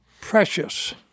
precious